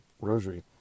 rosary